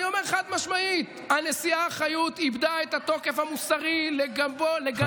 אני אומר חד-משמעית: הנשיאה חיות איבדה את התוקף המוסרי לגנות מתקפות,